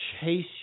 chase